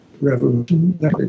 revolution